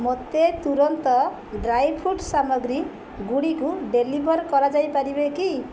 ମୋତେ ତୁରନ୍ତ dry fruits ସାମଗ୍ରୀ ଗୁଡ଼ିକୁ ଡେଲିଭର୍ କରାଯାଇପାରିବେ କି